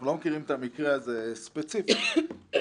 אנחנו לא מכירים את המקרה הזה ספציפית אבל